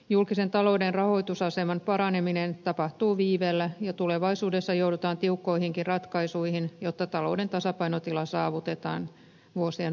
julkisen talouden rahoitusaseman paraneminen tapahtuu viiveellä ja tulevaisuudessa joudutaan tiukkoihinkin ratkaisuihin jotta talouden tasapainotila saavutetaan vuosien varrella